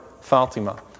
Fatima